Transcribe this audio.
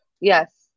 yes